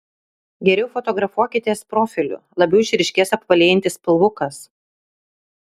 geriau fotografuokitės profiliu labiau išryškės apvalėjantis pilvukas